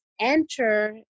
enter